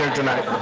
tonight.